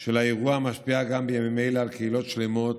של האירוע משפיעה גם בימים אלה על קהילות שלמות,